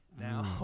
now